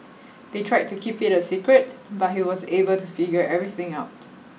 they tried to keep it a secret but he was able to figure everything out